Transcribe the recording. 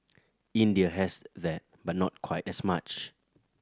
India has that but not quite as much